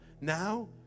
now